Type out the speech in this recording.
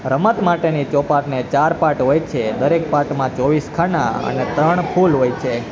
રમત માટેની ચોપાટને ચાર પાટ હોય છે દરેક પાટમાં ચોવીસ ખાના અને ત્રણ ફૂલ હોય છે